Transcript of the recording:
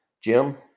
Jim